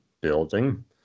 building